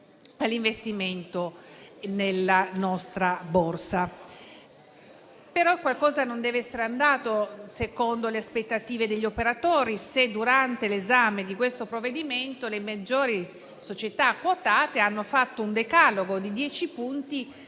all'investimento nella nostra Borsa. Però qualcosa non deve essere andato secondo le aspettative degli operatori, se durante l'esame di questo provvedimento le maggiori società quotate hanno presentato un decalogo di dieci punti,